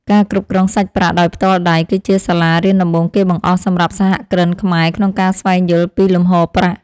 ការគ្រប់គ្រងសាច់ប្រាក់ដោយផ្ទាល់ដៃ គឺជាសាលារៀនដំបូងគេបង្អស់សម្រាប់សហគ្រិនខ្មែរក្នុងការស្វែងយល់ពីលំហូរប្រាក់។